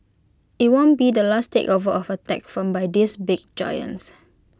IT won't be the last takeover of A tech firm by these big giants